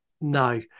no